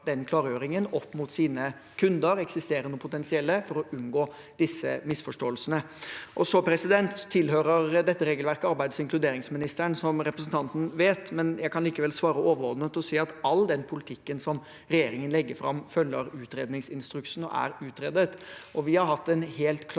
den klargjøringen opp mot sine kunder, eksisterende og potensielle, for å unngå disse misforståelsene. Dette regelverket tilhører arbeids- og inkluderingsministeren, som representanten Bjørlo vet. Jeg kan likevel svare overordnet og si at all den politikken som regjeringen legger fram, følger av utredningsinstruksen og er utredet. Vi har hatt en helt klar